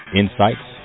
insights